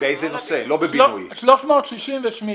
אבל התקציב מאושר, התקנה מאושרת ויש לה מקורות.